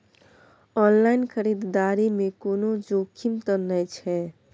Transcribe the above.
Online खरीददारी में कोनो जोखिम त नय छै?